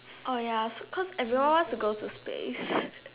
oh ya cause everyone wants to go to space